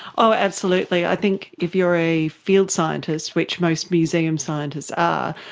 oh absolutely. i think if you are a field scientist, which most museum scientists are,